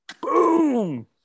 Boom